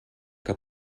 que